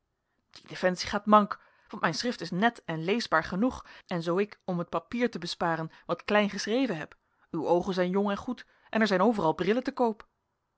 defensie gaat mank want mijn schrift is net en leesbaar genoeg en zoo ik om het papier te besparen wat klein geschreven heb uw oogen zijn jong en goed en er zijn overal brillen te koop